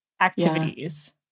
activities